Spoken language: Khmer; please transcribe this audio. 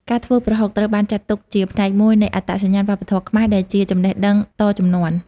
ការធ្វើប្រហុក ត្រូវបានចាត់ទុកជាផ្នែកមួយនៃអត្តសញ្ញាណវប្បធម៌ខ្មែរ ដែលជាចំណេះដឹងតជំនាន់។